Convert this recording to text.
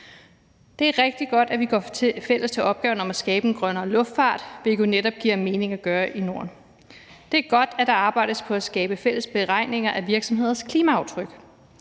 Det er rigtig godt, at vi går fælles til opgaven om at skabe en grønnere luftfart, hvilket det jo netop giver mening at gøre i Norden. Det er godt, at der arbejdes på at skabe fælles beregninger af virksomheders klimaaftryk.